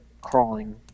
crawling